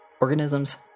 organisms